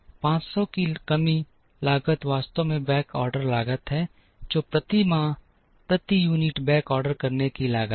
500 की कमी लागत वास्तव में बैकऑर्डर लागत है जो प्रति माह प्रति यूनिट बैक ऑर्डर करने की लागत है